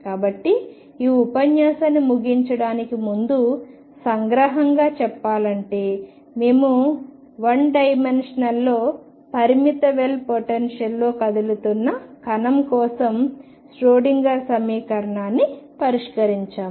కాబట్టి ఈ ఉపన్యాసాన్ని ముగించడానికి ముందు సంగ్రహంగా చెప్పాలంటే మేము 1Dలో పరిమిత వెల్ పొటెన్షియల్లో కదులుతున్న కణం కోసం ష్రోడింగర్ సమీకరణాన్ని పరిష్కరించాము